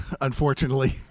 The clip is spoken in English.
unfortunately